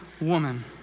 woman